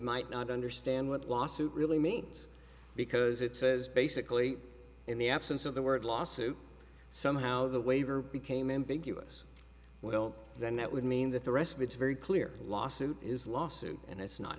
might not understand what lawsuit really means because it says basically in the absence of the word lawsuit somehow the waiver became ambiguous well then that would mean that the rest of it's very clear lawsuit is lawsuit and it's not